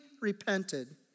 repented